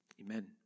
Amen